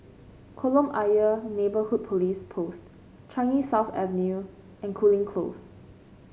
Kolam Ayer Neighbourhood Police Post Changi South Avenue and Cooling Close